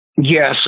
yes